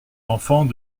enfant